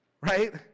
right